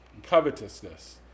covetousness